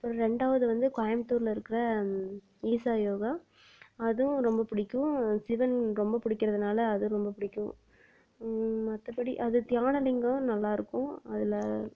அப்புறம் ரெண்டாவது வந்து கோயம்புத்தூர்லிருக்க ஈஷா யோகா அதுவும் ரொம்ப பிடிக்கும் சிவன் ரொம்ப பிடிக்கிறதுனால அதுவும் ரொம்ப பிடிக்கும் மற்றபடி அது தியான லிங்கம் நல்லாயிருக்கும் அதில்